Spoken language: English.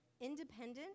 independent